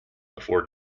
before